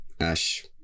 Ash